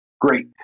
great